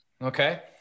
Okay